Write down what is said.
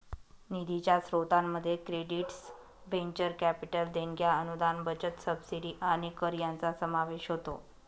निधीच्या स्त्रोतांमध्ये credits venture capital देणग्या अनुदान बचत सबसिडी आणि कर यांचा समावेश होतो